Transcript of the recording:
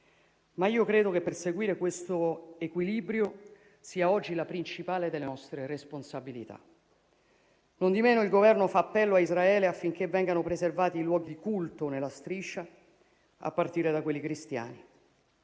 ma io credo che perseguire questo equilibrio sia oggi la principale delle nostre responsabilità. Nondimeno, il Governo fa appello a Israele affinché vengano preservati i luoghi di culto nella Striscia, a partire da quelli cristiani.